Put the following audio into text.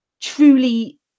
truly